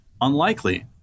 unlikely